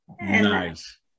Nice